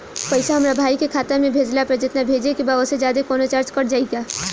पैसा हमरा भाई के खाता मे भेजला पर जेतना भेजे के बा औसे जादे कौनोचार्ज कट जाई का?